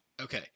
Okay